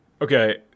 Okay